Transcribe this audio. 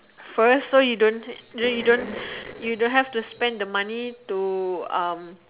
first so you don't you don't you don't have to spend the money to um